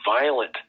violent